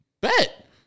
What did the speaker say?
Bet